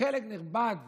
חלק נכבד